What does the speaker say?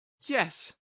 Yes